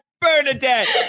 Bernadette